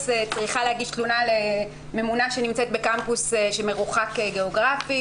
צריכה להגיש תלונה לממונה שנמצאת בקמפוס שמרוחק גיאוגרפית.